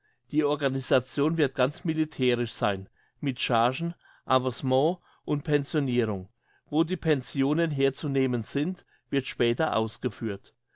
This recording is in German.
die organisation wird ganz militärisch sein mit chargen avancement und pensionirung wo die pensionen herzunehmen sind wird später ausgeführt